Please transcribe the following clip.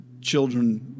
children